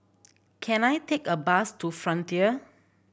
can I take a bus to Frontier